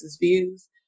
views